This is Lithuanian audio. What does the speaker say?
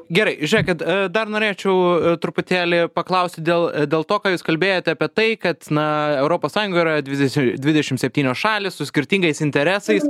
gerai žiūrėkit dar norėčiau truputėlį paklausti dėl dėl to ką jūs kalbėjot apie tai kad na europos sąjunga yra dvidešim dvidešim septynios šalys su skirtingais interesais